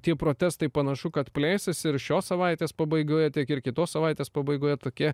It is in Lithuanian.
tie protestai panašu kad plėsis ir šios savaitės pabaigoje tiek ir kitos savaitės pabaigoje tokie